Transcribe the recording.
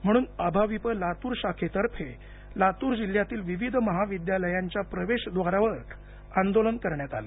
म्हणून अभाविप लातूर शाखेतर्फे लातूर जिल्ह्यातील विविध महाविद्यालयांच्या प्रवेश द्वारावर आंदोलन करण्यात आले